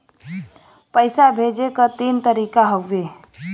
पइसा भेजे क तीन तरीका हउवे